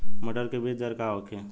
मटर के बीज दर का होखे?